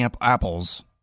apples